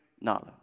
knowledge